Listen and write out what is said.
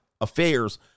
affairs